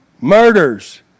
murders